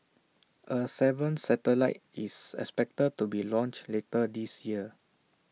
A seventh satellite is expected to be launched later this year